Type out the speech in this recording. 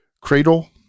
Cradle